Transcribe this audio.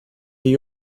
jej